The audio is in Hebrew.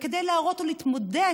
וכדי להראות למתמודד,